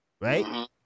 Right